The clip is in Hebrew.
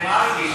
מרגי,